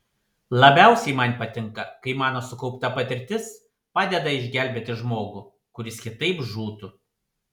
labiausiai man patinka kai mano sukaupta patirtis padeda išgelbėti žmogų kuris kitaip žūtų